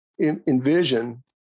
envision